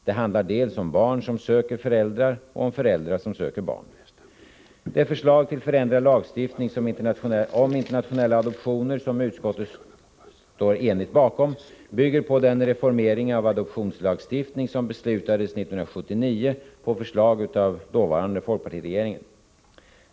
Det handlar dels om barn som söker föräldrar, dels om föräldrar som söker barn. Det förslag till förändrad lagstiftning om internationella adoptioner som utskottet står enigt bakom bygger på den reformering av adoptionslagstiftningen som beslutades 1979 på förslag av den dåvarande folkpartiregeringen.